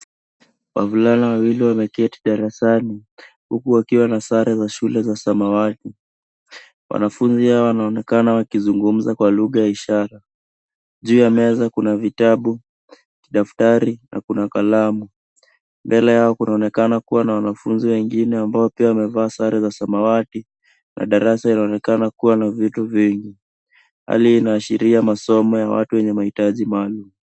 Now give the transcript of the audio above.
Wavulana wawili wameketi darasani huku wakiwa na sare za shule za samawati. Wanafunzi hawa wanaonekana wakizungumza kwa lugha ya ishara. Juu ya meza, kuna vitabu, daftari na kuna kalamu. Mbele yao, kunaonekana kuwa na wanafunzi wengine ambao pia wamevaa sare za samawati na darasa inaonekana kuwa na vitu vingi. Hali hii inaashiria masomo ya watu wenye mahitaji maalum.